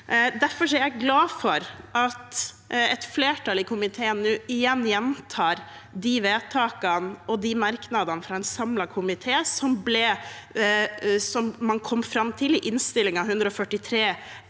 Derfor er jeg glad for at et flertall i komiteen nå gjentar de vedtakene og de merknadene fra en samlet komité som man kom fram til i Innst. 143